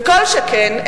וכל שכן,